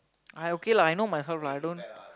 I okay lah I know myself lah I don't